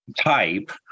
type